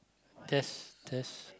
test test